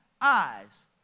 eyes